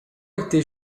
était